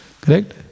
Correct